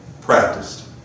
practiced